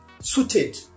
suited